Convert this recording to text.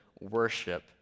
worship